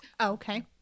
okay